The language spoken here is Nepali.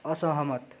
असहमत